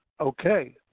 Okay